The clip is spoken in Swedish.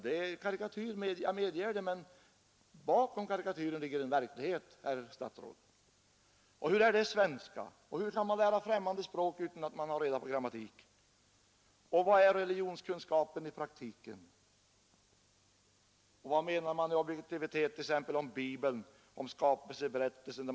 Det är en karikatyr, jag medger det, men bakom karikatyren ligger en verklighet, herr statsråd. Hur är det i svenska? Och hur kan eleverna lära främmande språk utan att ha reda på grammatiken? Vad är religionskunskapen i praktiken? Vad menar man med objektivitet t.ex. om Bibeln och skapelseberättelsen?